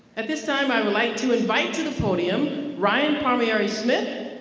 at this time i would like to invite to the podium ryan palmieri smith,